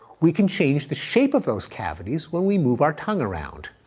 we can change the shape of those cavities when we move our tongue around.